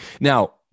Now